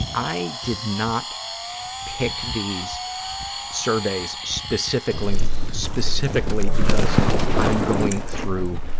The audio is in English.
i did not pick these surveys specifically specifically because i'm going through